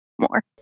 more